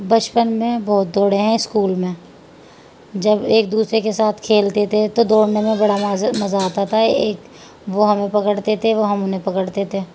بچپن میں بہت دوڑے ہیں اسکول میں جب ایک دوسرے کے ساتھ کھیلتے تھے تو دوڑنے میں بڑا مزہ مزہ آتا تھا ایک وہ ہمیں پکڑتے تھے وہ ہم انہیں پکڑتے تھے